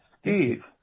Steve